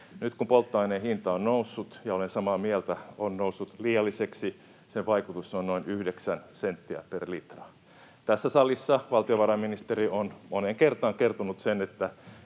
Nyt kun polttoaineen hinta on noussut, ja olen samaa mieltä, on noussut liialliseksi, sen vaikutus on noin 9 senttiä per litra. Tässä salissa valtiovarainministeri on moneen kertaan kertonut sen,